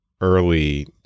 early